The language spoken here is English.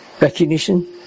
recognition